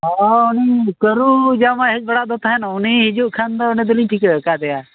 ᱦᱮᱸ ᱩᱱᱤ ᱠᱟᱹᱨᱩ ᱡᱟᱶᱟᱭ ᱦᱮᱡ ᱵᱟᱲᱟᱜ ᱫᱚ ᱛᱟᱦᱮᱸᱫ ᱩᱱᱤ ᱦᱤᱡᱩᱜ ᱠᱷᱟᱱ ᱫᱚ ᱩᱱᱤ ᱫᱚᱞᱤᱧ ᱴᱷᱤᱠᱟᱹ ᱟᱫᱮᱭᱟ